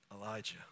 Elijah